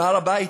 בהר-הבית,